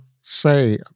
say